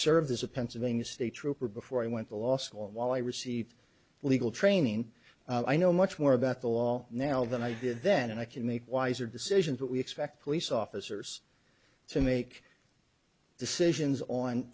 served as a pennsylvania state trooper before i went to law school and while i received legal training i know much more about the law now than i did then and i can make wiser decisions but we expect police officers to make decisions on